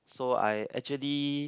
so I actually